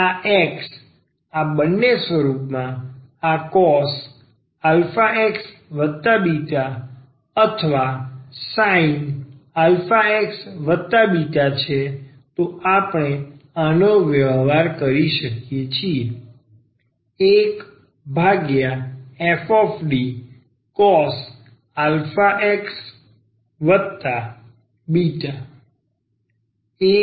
આ X આ બંને સ્વરૂપમાં આ αxβ અથવા sinαxβ છે તો આપણે આનો વ્યવહાર કરી શકીએ છીએ